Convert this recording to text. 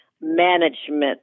management